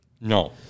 No